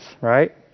right